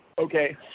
Okay